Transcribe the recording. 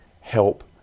help